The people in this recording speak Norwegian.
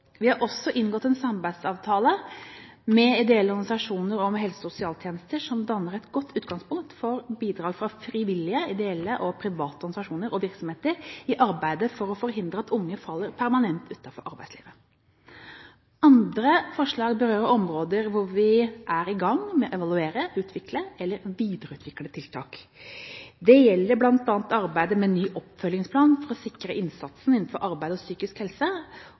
Vi har også inngått en samarbeidsavtale med ideelle organisasjoner om helse- og sosialtjenester, som danner et godt utgangspunkt for bidrag fra frivillige, ideelle og private organisasjoner og virksomheter, i arbeidet for å forhindre at unge faller permanent utenfor arbeidslivet. Andre forslag berører områder hvor vi er i gang med å evaluere, utvikle eller videreutvikle tiltak. Det gjelder bl.a. arbeidet med ny oppfølgingsplan for å sikre innsatsen innenfor arbeid og psykisk helse